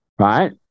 right